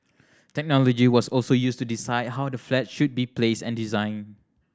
technology was also used to decide how the flats should be placed and designed